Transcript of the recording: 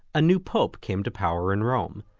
a new pope came to power in rome,